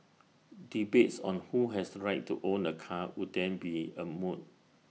debates on who has the right to own A car would then be A moot